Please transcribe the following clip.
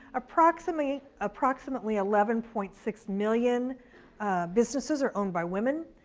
approximately approximately eleven point six million businesses are owned by women.